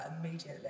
immediately